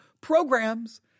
programs